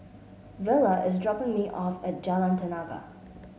Vela is dropping me off at Jalan Tenaga